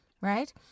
right